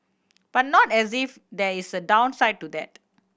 but not as if there is a downside to that